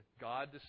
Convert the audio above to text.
God